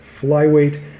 flyweight